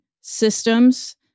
systems